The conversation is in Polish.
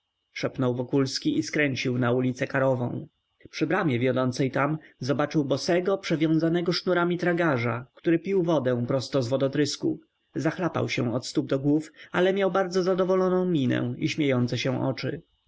szepnął wokulski i skręcił na ulicę karową przy bramie wiodącej tam zobaczył bosego przewiązanego sznurami tragarza który pił wodę prosto z wodotrysku zachlapał się od stóp do głów ale miał bardzo zadowoloną minę i śmiejące się oczy